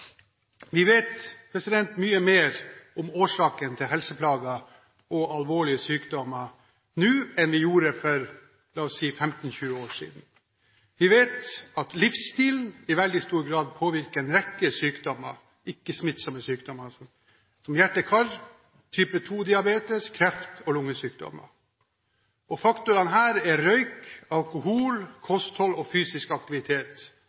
Vi vet mye mer om årsakene til helseplager og alvorlige sykdommer nå enn vi gjorde for – la oss si – 15–20 år siden. Vi vet at livsstilen i veldig stor grad påvirker en rekke ikke-smittsomme sykdommer som hjerte- og karsykdommer, type 2-diabetes, kreft og lungesykdommer. De viktigste faktorene her er røyk, alkohol, kosthold og fysisk aktivitet.